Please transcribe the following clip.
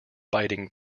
biting